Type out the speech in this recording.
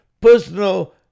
personal